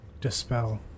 dispel